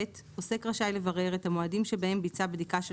(ב) עוסק רשאי לברר את המועדים שבהם ביצע בדיקה של